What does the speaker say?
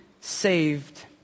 saved